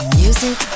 music